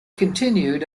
continued